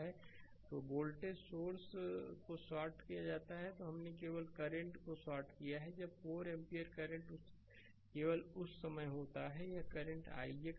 slide समय देखें 2153 तो वोल्टेज सोर्स को शॉर्ट किया जाता है यहां हमने केवल करंट को शॉर्ट किया है जब 4 एम्पियर करंट सोर्स केवल उस समय होता है यह करंट ix है